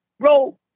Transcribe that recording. bro